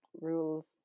rules